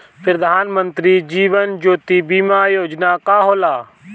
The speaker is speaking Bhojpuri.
प्रधानमंत्री जीवन ज्योति बीमा योजना का होला?